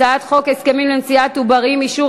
הצעת חוק הסכמים לנשיאת עוברים (אישור